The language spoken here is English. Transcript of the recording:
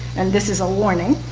and this is a warning,